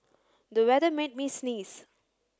the weather made me sneeze